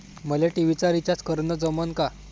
मले टी.व्ही चा रिचार्ज करन जमन का?